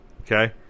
Okay